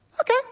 Okay